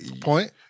point